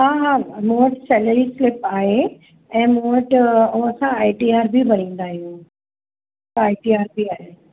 हा हा मूं वटि सैलरी स्लिप आहे ऐं मूं वटि ऐं असां आई टी आर बि भरिंदा आहियूं आई टी आर बि आहे